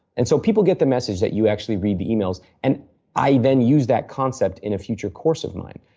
and so people get the message that you actually read the emails and i then use that concept in a future course of mine.